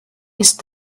ist